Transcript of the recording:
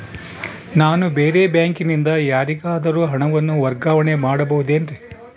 ನಾನು ಬೇರೆ ಬ್ಯಾಂಕಿನಿಂದ ಯಾರಿಗಾದರೂ ಹಣವನ್ನು ವರ್ಗಾವಣೆ ಮಾಡಬಹುದೇನ್ರಿ?